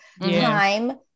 time